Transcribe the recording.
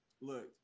Look